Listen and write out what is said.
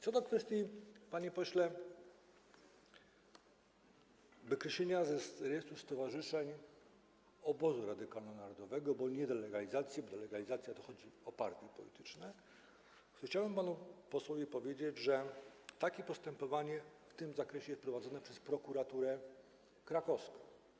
Co do kwestii, panie pośle, wykreślenia z rejestru stowarzyszeń Obozu Narodowo-Radykalnego, bo nie delegalizacji, bo delegalizacja dotyczy partii politycznych, chciałbym panu posłowi powiedzieć, że takie postępowanie w tym zakresie jest prowadzone przez prokuraturę krakowską.